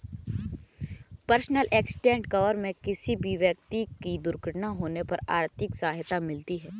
personal accident cover में किसी भी व्यक्ति की दुर्घटना होने पर आर्थिक सहायता मिलती है